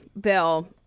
Bill